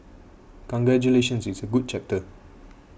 congratulations it's a good chapter